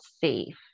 safe